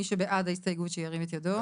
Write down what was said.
מי שבעד ההסתייגות, שירים את ידו.